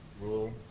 rule